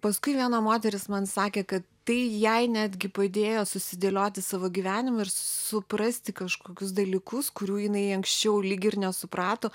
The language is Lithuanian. paskui viena moteris man sakė kad tai jai netgi padėjo susidėlioti savo gyvenimą ir suprasti kažkokius dalykus kurių jinai anksčiau lyg ir nesuprato